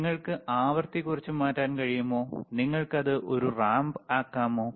നിങ്ങൾക്ക് ആവൃത്തി കുറച്ച് മാറ്റാൻ കഴിയുമോ നിങ്ങൾക്കത് ഒരു റാംപ് ആക്കാമോ